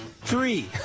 Three